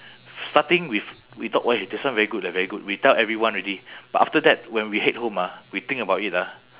starting with we thought !wah! this one very good leh very good we tell everyone already but after that when we head home ah we think about it ah